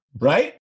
Right